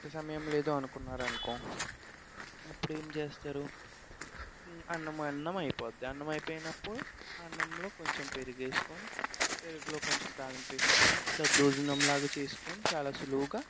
అంత సమయం లేదు అనుకున్నారు అనుకో అప్పుడు ఏం చేస్తారు అన్నం అన్నం అయిపోద్ది అన్నం అయిపోయినప్పుడు అన్నంలో కొంచెం పెరుగు వేసుకొని పెరుగులో కొంచెం తాలింపు వేసుకోని దద్దోజనం లాగా చేసుకోని చాలా సులువుగా